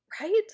Right